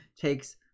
takes